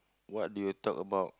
what do you talk about